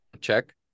check